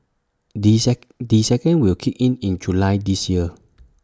the the second will kick in in July this year